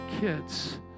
kids